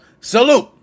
Salute